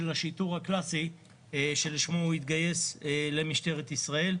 השיטור הקלאסי שלשמו הוא התגייס למשטרת ישראל.